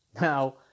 Now